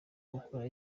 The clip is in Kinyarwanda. gukora